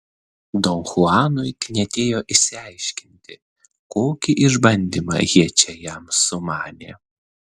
don chuanui knietėjo išsiaiškinti kokį išbandymą jie čia jam sumanė